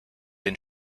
den